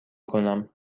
کنم